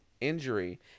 injury